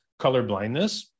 colorblindness